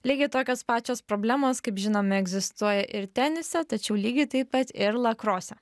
lygiai tokios pačios problemos kaip žinome egzistuoja ir tenise tačiau lygiai taip pat ir lakrose